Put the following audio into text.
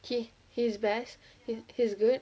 he is best he is good